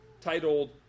titled